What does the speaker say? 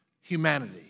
humanity